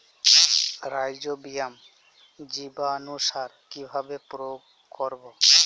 Rhizobium জীবানুসার কিভাবে প্রয়োগ করব?